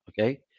okay